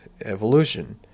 evolution